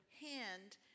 hand